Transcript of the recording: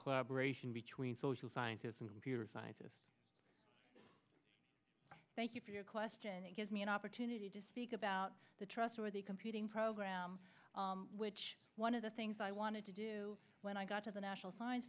collaboration between social scientists and computer scientists thank you for your question it gives me an opportunity to speak about the trustworthy computing program which one of the things i wanted to do when i got to the national science